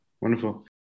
Wonderful